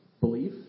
belief